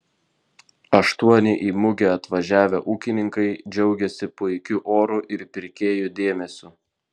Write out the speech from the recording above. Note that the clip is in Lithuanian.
aštuoni į mugę atvažiavę ūkininkai džiaugėsi puikiu oru ir pirkėjų dėmesiu